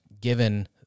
given